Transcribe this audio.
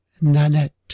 Nanette